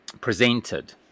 presented